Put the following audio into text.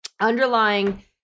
underlying